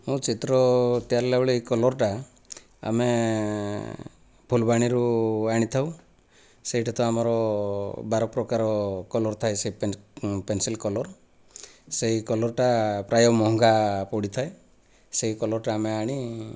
ମୁଁ ଚିତ୍ର ତିଆରିଲା ବେଳେ ଏହି କଲରଟା ଆମେ ଫୁଲବାଣୀରୁ ଆଣିଥାଉ ସେଇଠି ତ ଆମର ବାର ପ୍ରକାର କଲର ଥାଏ ସେହି ପେନସିଲ କଲର ସେହି କଲରଟା ପ୍ରାୟ ମହାଙ୍ଗା ପଡ଼ିଥାଏ ସେହି କଲରଟା ଆମେ ଆଣି